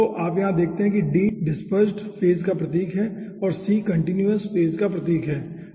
तो अब यहाँ आप देखते हैं कि d डिस्पेर्सेड फेज का प्रतीक है और c कंटीन्यूअस फेज का प्रतीक है